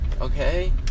okay